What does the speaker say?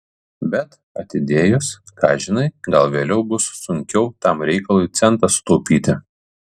bet atidėjus ką žinai gal vėliau bus sunkiau tam reikalui centą sutaupyti